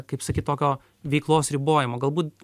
kaip sakyt tokio veiklos ribojimo galbūt